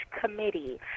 Committee